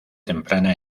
temprana